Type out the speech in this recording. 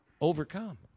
overcome